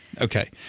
Okay